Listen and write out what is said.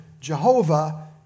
Jehovah